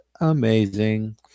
amazing